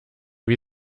wie